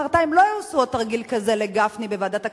מחרתיים לא יעשו עוד תרגיל כזה לגפני בוועדת הכספים,